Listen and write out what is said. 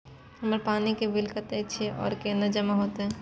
हमर पानी के बिल कतेक छे और केना जमा होते?